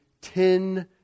ten